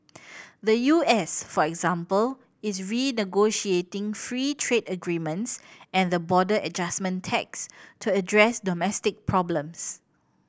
the U S for example is renegotiating free trade agreements and the border adjustment tax to address domestic problems